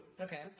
okay